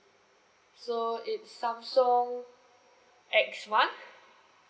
so it's samsung X one